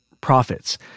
profits